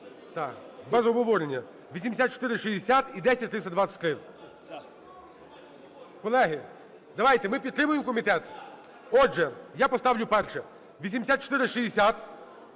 Без обговорення. 8460 і 10323. Колеги, давайте ми підтримаємо комітет. Отже, я поставлю перше – 8460.